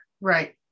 Right